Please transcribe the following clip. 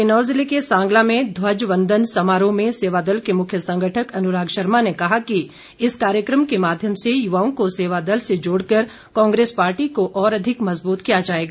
किन्नौर जिले के सांगला में ध्वज वंदन समारोह में सेवादल के मुख्य संगठक अनुराग शर्मा ने कहा कि इस कार्यक्रम के माध्यम से युवाओं को सेवादल से जोड़ कर कांग्रेस पार्टी को और अधिक मज़बूत किया जाएगा